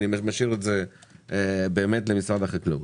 אני משאיר את זה למשרד החקלאות.